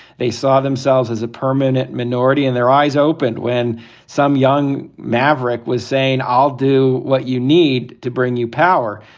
they saw themselves as a permanent minority in their eyes opened when some young maverick was saying, i'll do what you need to bring you power.